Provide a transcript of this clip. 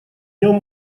нем